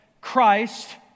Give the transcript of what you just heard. Christ